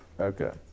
Okay